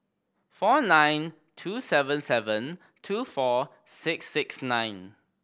four nine two seven seven two four six six nine